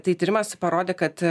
tai tyrimas parodė kad